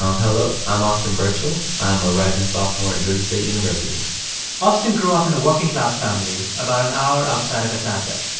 um hello, i'm austin birtul. i'm a rising sophomore at georgia state university austin grew up in a working-class family about an hour outside of atlanta.